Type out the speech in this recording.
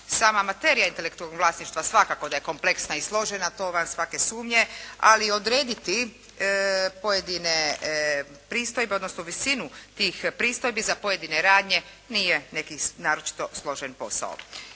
Sama materija intelektualnog vlasništva svakako da je kompleksna i složena to je van svake sumnje, ali odrediti pojedine pristojbe, odnosno visinu tih pristojbi za pojedine radnje nije neki naročito složen posao.